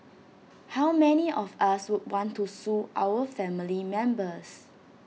how many of us would want to sue our family members